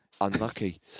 Unlucky